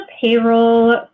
payroll